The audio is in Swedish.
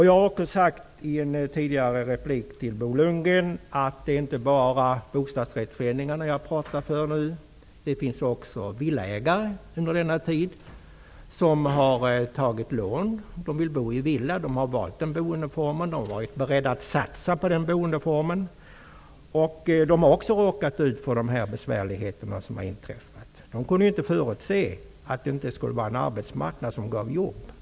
Jag sade i en tidigare replik till Bo Lundgren att det inte bara var bostadsrättsföreningar jag talar för. Det finns också villaägare som har tagit lån, för de vill bo i villa. De har valt denna boendeform. De har varit beredda att satsa på den boendeformen. De har också nu råkat ut för besvärligheter. De kunde ju inte förutse att det inte skulle finnas en arbetsmarknad som ger jobb.